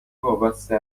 وابسته